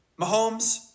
Mahomes